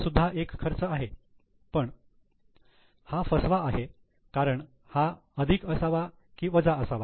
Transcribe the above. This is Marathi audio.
हा सुद्धा एक खर्च आहे पण हा फसवा आहे कारण हा अधिक असावा की वजा असावा